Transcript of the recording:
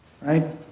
Right